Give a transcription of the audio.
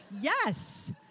yes